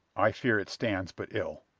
i fear it stands but ill.